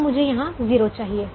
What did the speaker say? अब मुझे यहां 0 चाहिए